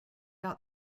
got